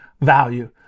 value